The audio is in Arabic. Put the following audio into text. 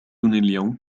اليوم